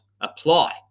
apply